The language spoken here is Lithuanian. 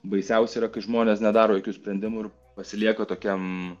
baisiausia yra kai žmonės nedaro jokių sprendimų ir pasilieka tokiam